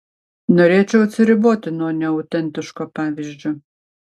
norėčiau atsiriboti nuo neautentiško pavyzdžio